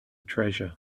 treasure